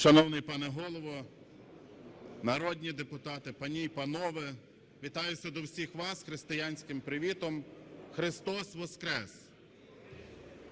Шановний пане Голово! Народні депутати! Пані і панове! Вітаюся до всіх вас з християнським привітом, Христос Воскрес!